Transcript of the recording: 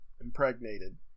impregnated